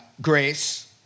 grace